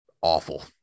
awful